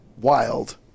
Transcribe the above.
wild